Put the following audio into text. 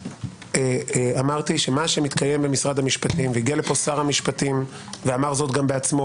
הגיע לפה שר המשפטים ואמר זאת גם בעצמו,